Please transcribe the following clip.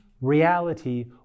Reality